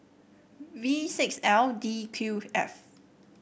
V six L D Q F